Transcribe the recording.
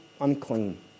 unclean